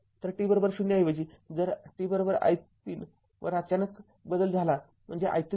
तर t 0 ऐवजी जर t i३ वर अचानक बदल झाला म्हणजे i३ आहे